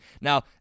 Now